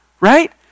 right